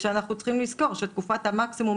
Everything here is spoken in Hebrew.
שאנחנו צריכים לזכור שתקופת המקסימום